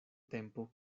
tempo